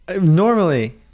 normally